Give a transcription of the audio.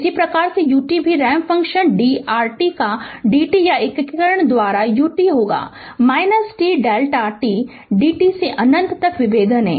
इसी तरह ut भी रैम्प फंक्शन d rt का d t या एकीकरण द्वारा या ut होगा t Δ t d t से अनंत तक विभेदन है